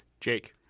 Jake